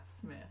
Smith